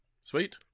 sweet